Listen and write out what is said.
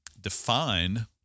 define